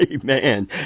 Amen